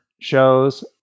shows